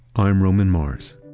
i'm roman mars.